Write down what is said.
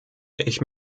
ich